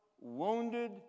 wounded